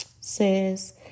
Says